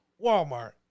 Walmart